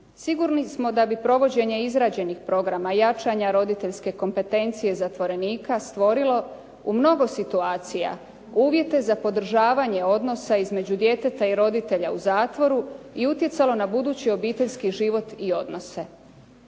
Sigurno smo da bi provođenje izrađenih programa, jačanja roditeljske kompetencije zatvorenika stvorilo u mnogo situacija uvjete za podržavanje odnosa između djeteta i roditelja u zatvoru i utjecalo na budući obiteljski život i odnose.